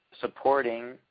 supporting